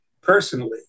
personally